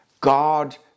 God